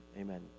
amen